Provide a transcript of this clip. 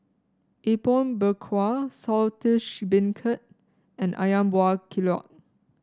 Apom Berkuah Saltish Beancurd and ayam Buah Keluak